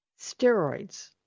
steroids